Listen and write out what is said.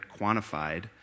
quantified